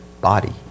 body